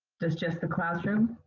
does just the classroom,